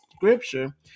scripture